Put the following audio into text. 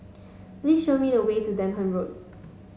please show me the way to Durham Road